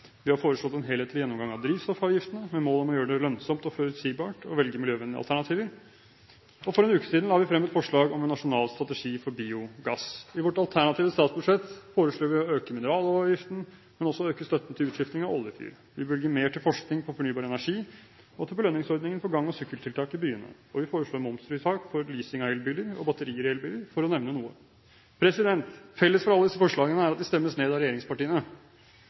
Vi har foreslått en helhetlig gjennomgang av drivstoffavgiftene med mål om å gjøre det lønnsomt og forutsigbart å velge miljøvennlige alternativer. For en uke siden la vi frem et forslag om en nasjonal strategi for biogass. I vårt alternative statsbudsjett foreslår vi å øke mineraloljeavgiften, men også å øke støtten til utskifting av oljefyr, vi bevilger mer til forskning på fornybar energi og til belønningsordningen for gang- og sykkeltiltak i byene, og vi foreslår momsfritak for leasing av elbiler og batterier i elbiler – for å nevne noe. Felles for alle disse forslagene er at de stemmes ned av regjeringspartiene.